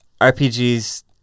RPGs